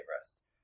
rest